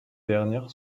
dernières